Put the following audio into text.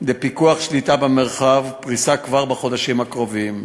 לפיקוח ושליטה במרחב, פריסה כבר בחודשים הקרובים.